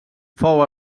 fou